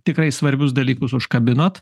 tikrai svarbius dalykus užkabinot